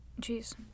Jeez